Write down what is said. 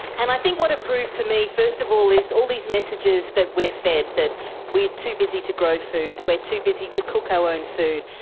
and i think what it proved to me first of all is all these messages that we're fed, that we're too busy to grow food, we're too busy to cook our own food,